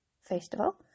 festival